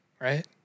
right